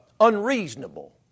Unreasonable